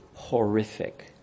horrific